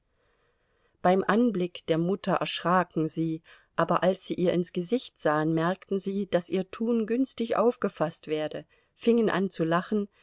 beim anblick der mutter erschraken sie aber als sie ihr ins gesicht sahen merkten sie daß ihr tun günstig aufgefaßt werde fingen an zu lachen